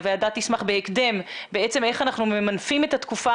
הוועדה תשמח בהקדם לשמוע איך אנחנו ממנפים את התקופה